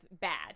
bad